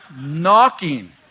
knocking